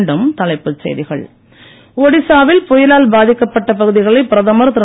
மீண்டும் தலைப்புச் செய்திகள் ஒடிசாவில் புயலால் பாதிக்கப்பட்ட பகுதிகளை பிரதமர் திரு